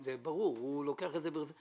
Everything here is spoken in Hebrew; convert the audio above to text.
זה יהיה בתגמול הבא.